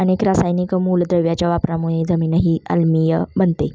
अनेक रासायनिक मूलद्रव्यांच्या वापरामुळे जमीनही आम्लीय बनते